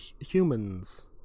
Humans